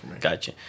gotcha